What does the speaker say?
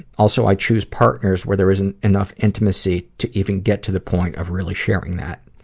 also, i choose partners where there isn't enough intimacy to even get to the point of really sharing that.